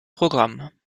programmes